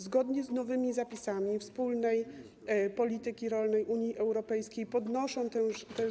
Zgodnie z nowymi zapisami wspólnej polityki rolnej Unii Europejskiej podnoszą ten.